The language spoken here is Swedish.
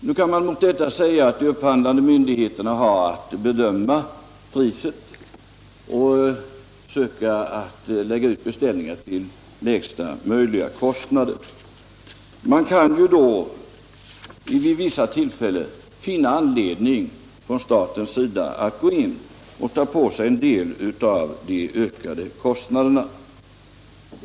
Nu kan man mot detta säga att de upphandlande myndigheterna har att bedöma priset och söka lägga ut beställningar till lägsta möjliga kostnader. Man kan ju då vid vissa tillfällen från statens sida finna anledning att gå in och ta på sig en del av de ökade kostnaderna.